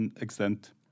extent